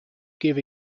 give